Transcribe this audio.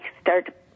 start